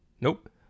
nope